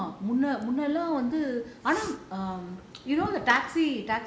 ஆமா முன்னாலே வந்து ஆனா:aama munnaalla vanthu